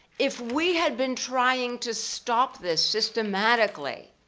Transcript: if we had been trying to stop this systematically